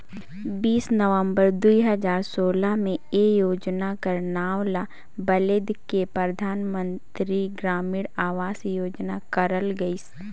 बीस नवंबर दुई हजार सोला में ए योजना कर नांव ल बलेद के परधानमंतरी ग्रामीण अवास योजना करल गइस